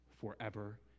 forever